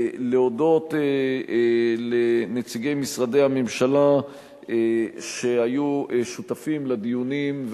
להודות לנציגי משרדי הממשלה שהיו שותפים לדיונים,